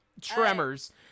tremors